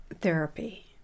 therapy